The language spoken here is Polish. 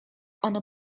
ono